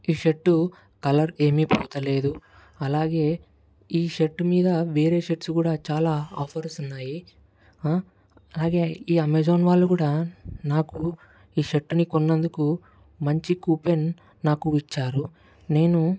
ఈ shirt colour ఏమీ పోతలేదు అలాగే ఈ షర్ట్ మీద వేరే షర్ట్స్ కూడా చాలా ఆఫర్స్ ఉన్నాయి ఈ అమెజాన్ వాళ్ళు కూడా ఈ షర్ట్ని కొన్నందుకు మంచి కూపెన్ నాకు ఇచ్చారు నేను